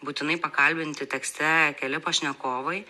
būtinai pakalbinti tekste keli pašnekovai